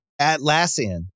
Atlassian